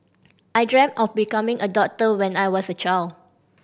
I dreamt of becoming a doctor when I was a child